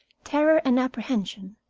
terror and apprehension.